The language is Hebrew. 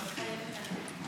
מתחייבת אני